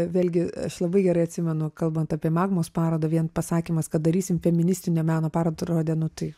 vėlgi aš labai gerai atsimenu kalbant apie magmos parodą vien pasakymas kad darysim feministinio meno atrodė nu tai